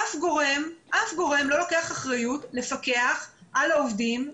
אף גורם לא לוקח אחריות לפקח על העובדים,